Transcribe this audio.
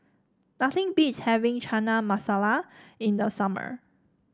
nothing beats having Chana Masala in the summer